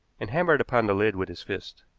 and hammered upon the lid with his fist.